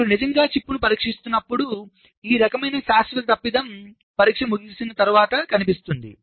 మీరు నిజంగా చిప్ను పరీక్షిస్తున్నప్పుడు ఈ రకమైన శాశ్వత తప్పిదం పరీక్ష ముగిసిన తరువాత కనిపిస్తుంది